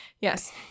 Yes